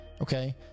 Okay